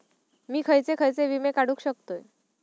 मी खयचे खयचे विमे काढू शकतय?